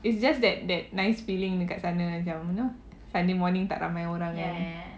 it's just that that nice feeling dekat sana macam you know sunday morning tak ramai orang kan